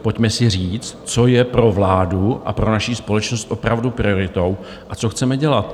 Pojďme si říct, co je pro vládu a pro naši společnost opravdu prioritou a co chceme dělat.